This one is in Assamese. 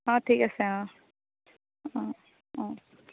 অঁ ঠিক আছে অঁ অঁ অঁ